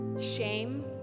Shame